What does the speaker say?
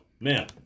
Man